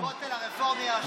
הכותל הרפורמי על שמך,